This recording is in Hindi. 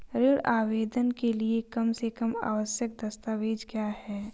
ऋण आवेदन के लिए कम से कम आवश्यक दस्तावेज़ क्या हैं?